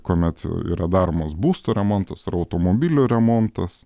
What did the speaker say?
kuomet yra daromas būsto remontas ar automobilių remontas